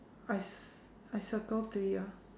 I cir~ circle three ah